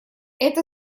это